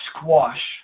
squash